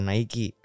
Nike